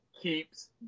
keeps